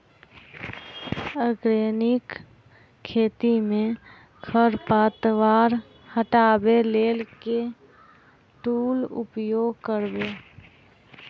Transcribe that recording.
Organic खेती मे खरपतवार हटाबै लेल केँ टूल उपयोग करबै?